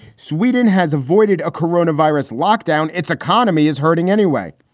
sweden has avoided a corona virus lockdown. its economy is hurting anyway.